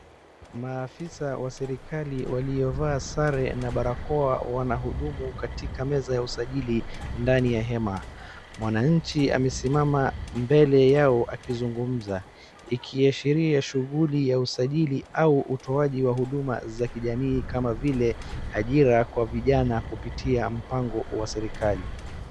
Maafisa wa serikali waliovaa sare na barakoa wanahudumu katika meza ya usajili ndani ya hema. Mwananchi amesimama mbele yao akizungumza ikiashiria shughuli ya usajili au utoaji wa huduma za kijamii kama vile ajira kwa vijana kupitia mpango wa serikali.